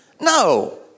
No